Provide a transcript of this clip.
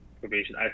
probation